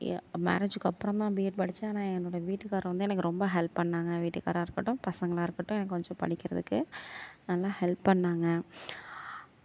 ஏ மேரேஜ்ஜுக்கப்புறம் தான் பிஎட் படிச்சேன் ஆனால் என்னுடைய வீட்டுக்கார் வந்து எனக்கு ரொம்ப ஹெல்ப் பண்ணாங்க வீட்டுக்காரா இருக்கட்டும் பசங்களா இருக்கட்டும் எனக்கு கொஞ்சம் படிக்கிறதுக்கு நல்லா ஹெல்ப் பண்ணிணாங்க